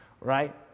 right